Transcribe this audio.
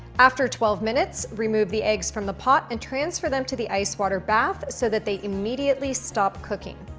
after twelve minutes, remove the eggs from the pot and transfer them to the ice water bath, so that they immediately stop cooking.